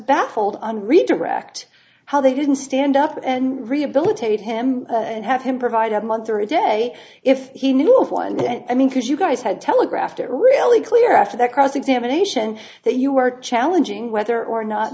baffled and redirect how they didn't stand up and rehabilitate him and have him provide a month or a day if he knew of one then i mean because you guys had telegraphed it really clear after that cross examination that you were challenging whether or not